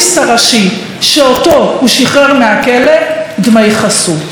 הראשי שאותו הוא שחרר מהכלא דמי חסות.